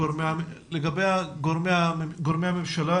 גורמי המינהל האזרחי,